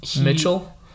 Mitchell